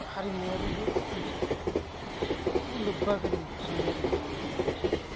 हारिमुवारिबो मोनसे लोब्बा गोनां थायो आरोखि मोनसे